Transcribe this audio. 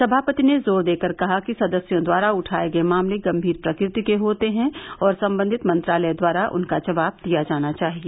सभापति ने जोर देकर कहा कि सदस्यों द्वारा उठाए गए मामले गंभीर प्रकृति के होते हैं और संबंधित मंत्रालय द्वारा उनका जवाब दिया जाना चाहिए